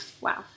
Wow